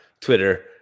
Twitter